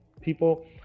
people